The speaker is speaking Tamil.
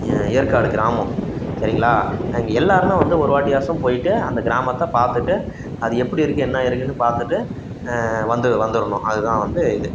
ஏற்காடு கிராமம் சரிங்களா இங்கே எல்லாேருமே வந்து ஒரு வாட்டியாச்சும் போய்விட்டு அந்த கிராமத்தை பார்த்துட்டு அது எப்படி இருக்குது என்ன இருக்குதுன்னு பார்த்துட்டு வந்து வந்துடணும் அதுதான் வந்து இது